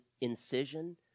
incision